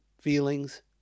feelings